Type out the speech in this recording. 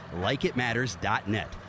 LikeItMatters.net